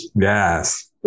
Yes